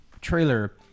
trailer